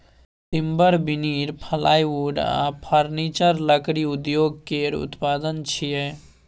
timber, veneer, plywood आ furniture लकड़ी उद्योग केर उत्पाद छियै